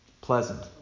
Pleasant